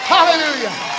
Hallelujah